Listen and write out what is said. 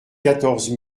quatorze